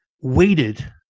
waited